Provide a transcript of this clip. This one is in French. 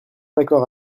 d’accord